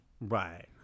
right